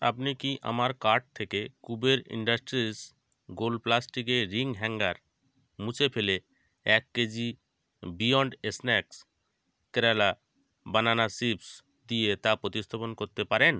আপনি কি আমার কার্ট থেকে কুবের ইন্ডাস্ট্রিস গোল প্লাস্টিকের রিং হ্যাঙ্গার মুছে ফেলে এক kg beyond snacks Kerala banana chips দিয়ে তা প্রতিস্থাপন করতে পারেন